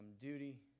duty